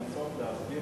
באמת, כדי לנסות להסביר